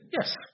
Yes